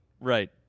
Right